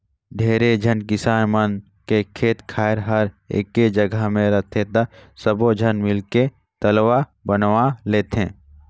ढेरे झन किसान मन के खेत खायर हर एके जघा मे रहथे त सब्बो झन मिलके तलवा बनवा लेथें